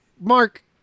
Mark